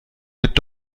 mit